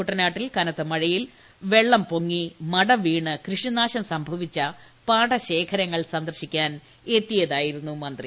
കുട്ടനാട്ടിൽ കനത്ത മഴയിൽ വെള്ളം പൊങ്ങി മടവീണ് കൃഷിനാശം സംഭവിച്ചു പാടശേഖരങ്ങൾ സന്ദർശിക്കാൻ എത്തിയതായിരുന്നു മന്ത്രി